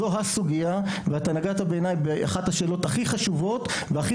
זו הסוגיה ואתה נגעת בעיני באחת השאלות הכי חשובות והכי